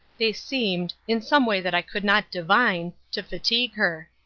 they seemed in some way that i could not divine to fatigue her.